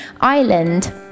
island